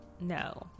No